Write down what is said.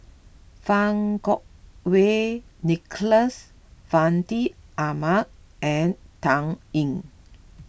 Fang Kuo Wei Nicholas Fandi Ahmad and Dan Ying